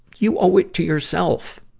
you owe it to yourself,